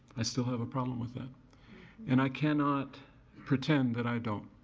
i still have a problem with that and i cannot pretend that i don't.